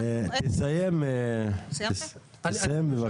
תסיים בבקשה.